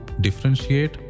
differentiate